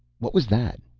what was that?